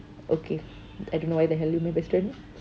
okay I don't know why the hell you my best friend